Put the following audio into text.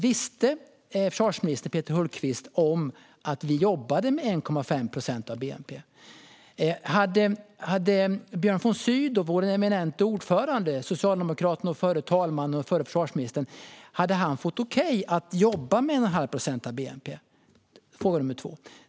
Visste försvarsminister Peter Hultqvist att vi jobbade med 1,5 procent av bnp? Hade vår eminente ordförande Björn von Sydow, socialdemokrat och tidigare talman och försvarsminister, fått okej för att jobba med 1,5 procent av bnp? Det var fråga nummer två.